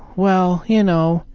well, you know,